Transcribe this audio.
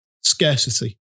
Scarcity